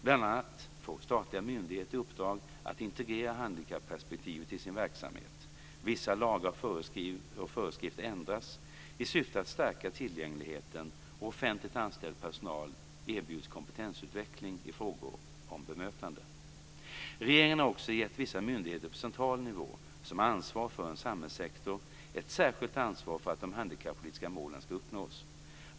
Bl.a. får statliga myndigheter i uppdrag att integrera handikapperspektivet i sin verksamhet, vissa lagar och föreskrifter ändras i syfte att stärka tillgängligheten och offentligt anställd personal erbjuds kompetensutveckling i frågor om bemötande. Regeringen har också gett vissa myndigheter på central nivå, som har ansvar för en samhällssektor, ett särskilt ansvar för att de handikappolitiska målen ska uppnås.